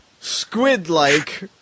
squid-like